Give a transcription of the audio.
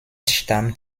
stammt